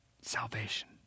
salvation